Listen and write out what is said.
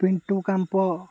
Pintu କାମ୍ପ